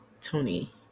Tony